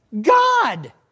God